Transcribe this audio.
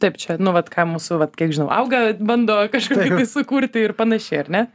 taip čia nu vat ką mūsų vat kiek žinau auga bando kažkokius sukurti ir panašiai ar ne